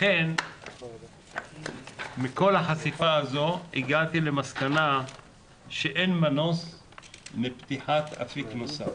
לכן מכל החשיפה הזו הגעתי למסקנה שאין מנוס מפתיחת אפיק נוסף.